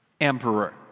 emperor